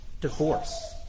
divorce